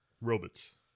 robots